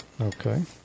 Okay